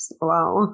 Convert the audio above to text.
wow